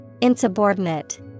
Insubordinate